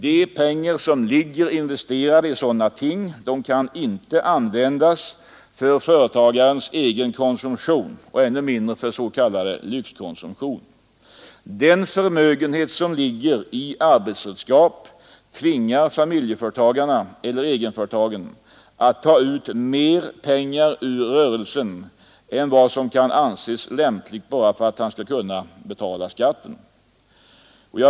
De pengar som ligger investerade i sådana ting kan inte användas för företagarens egen konsumtion och ännu mindre för s.k. lyxkonsumtion. Den förmögenhet som ligger i arbetsredskap tvingar familjeföretagarna eller egenföretagen att ta ut mer pengar ur rörelsen än vad som kan anses lämpligt, bara för att de skall kunna betala skatten.